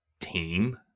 team